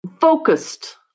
focused